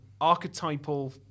archetypal